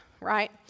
right